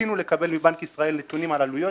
ניסינו לקבל מבנק ישראל נתונים על עלויות